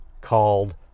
called